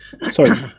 Sorry